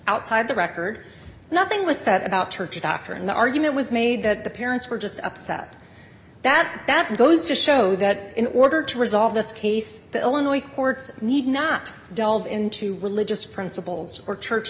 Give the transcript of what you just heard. outside the record nothing was said about her to doctor and the argument was made that the parents were just upset that that goes to show that in order to resolve this case the illinois courts need not delve into religious principles or church